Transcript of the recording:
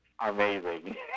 amazing